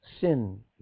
sin